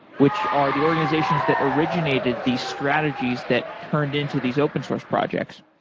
which are the organizations that originated the strategies that turned into these open source projects.